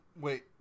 Wait